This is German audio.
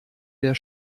der